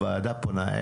הוועדה פונה,